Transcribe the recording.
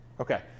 Okay